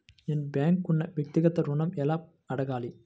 నేను బ్యాంక్ను వ్యక్తిగత ఋణం ఎలా అడగాలి?